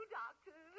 doctor